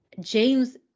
James